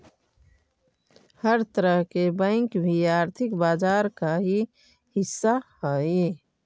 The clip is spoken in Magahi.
हर तरह के बैंक भी आर्थिक बाजार का ही हिस्सा हइ